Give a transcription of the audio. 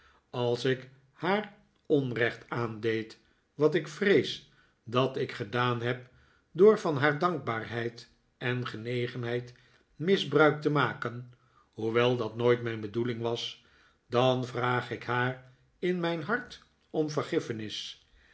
als ik haar onrecht aandeed wat ik vrees dat ik gedaan heb door van haar dankbaarheid en genegenheid misbruik te maken hoewel dat nooit mijn bedoeling was dan vraag ik haar in mijn hart om vergiffenis